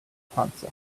panza